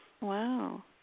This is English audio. wow